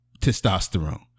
testosterone